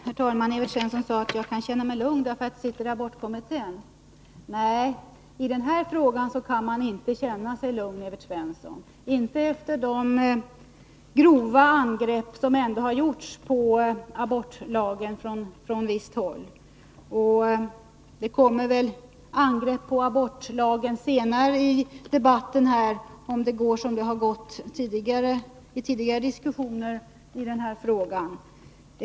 Herr talman! Evert Svensson sade att jag kan känna mig lugn eftersom jag sitter i abortkommittén. Nej, i den här frågan kan man inte känna sig lugn, Evert Svensson, inte efter de grova angrepp som gjorts på abortlagen från visst håll. Det kommer väl också angrepp på abortlagen senare i debatten om det går som det har gått vid tidigare diskussioner i den här frågan.